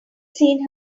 seen